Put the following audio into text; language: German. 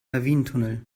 lawinentunnel